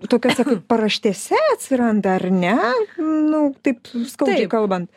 tokiose kaip paraštėse atsiranda ar ne nu taip skaudžiai kalbant